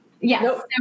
Yes